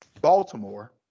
Baltimore